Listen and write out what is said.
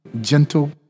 gentle